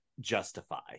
justify